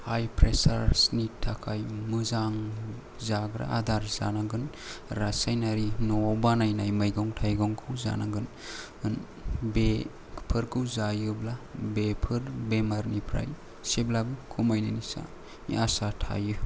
हाय फ्रेशर्सनि थाखाय मोजां जाग्रा आदार जानांगोन रासायनारि न'आव बानायनाय मैगं थाइगंखौ जानांगोन बेफोरखौ जायोब्ला बेफोर बेमारनिफ्राय एसेब्लाबो खमायनायनि सा आसा थायो